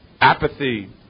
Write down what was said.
Apathy